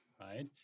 right